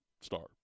star